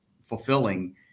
fulfilling